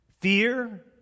fear